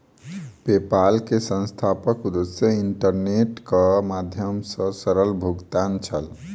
PayPal के संस्थापकक उद्देश्य इंटरनेटक माध्यम सॅ सरल भुगतान छल